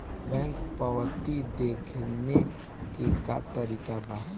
Bank पवती देखने के का तरीका बा?